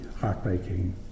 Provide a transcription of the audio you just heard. heartbreaking